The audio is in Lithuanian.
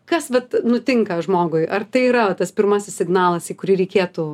kas vat nutinka žmogui ar tai yra tas pirmasis signalas į kurį reikėtų